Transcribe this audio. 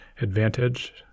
advantage